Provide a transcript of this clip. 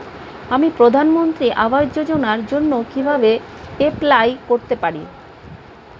আমি প্রধানমন্ত্রী আবাস যোজনার জন্য কিভাবে এপ্লাই করতে পারি?